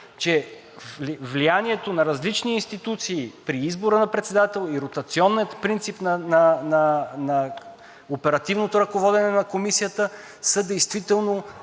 че влиянието на различни институции при избора на председател и ротационният принцип на оперативното ръководене на Комисията са действително